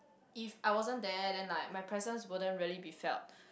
if I wasn't there then like my presence wouldn't really be felt